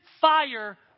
fire